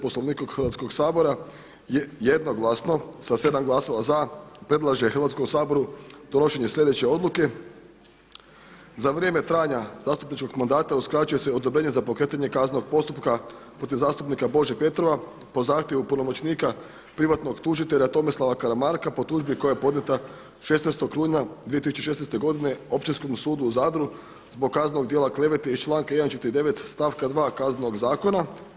Poslovnika Hrvatskog sabora je jednoglasno sa 7 glasova za predlaže Hrvatskom saboru donošenje slijedeće odluke: Za vrijeme trajanja zastupničkog mandata uskraćuje se odobrenje za pokretanje kaznenog postupka protiv zastupnika Bože Petrova po zahtjevu punomoćnika privatnog tužitelja Tomislava Karamarka po tužbi koja je podnijeta 16. rujna 2016. godine Općinskom sudu u Zadru zbog kaznenog djela klevete iz članka 149. stavka 2. Kaznenog zakona.